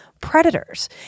predators